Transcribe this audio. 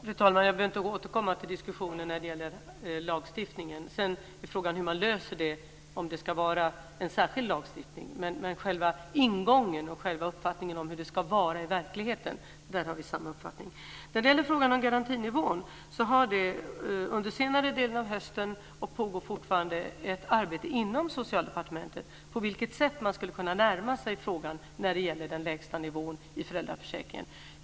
Fru talman! Jag behöver inte återkomma till diskussionen om lagstiftningen. Sedan är frågan hur man löser det och om det ska vara en särskild lagstiftning. När det gäller själva ingången och uppfattningen om hur det ska vara i verkligheten har vi samma uppfattning. När det gäller frågan om garantinivån har det under senare delen av hösten bedrivits ett arbete inom Socialdepartementet, och det pågår fortfarande, för att se på vilket sätt man skulle kunna närma sig frågan om den lägsta nivån i föräldraförsäkringen.